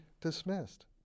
dismissed